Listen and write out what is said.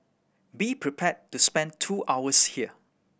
be prepared to spend two hours here